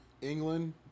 England